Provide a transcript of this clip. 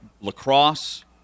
lacrosse